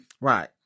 Right